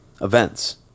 events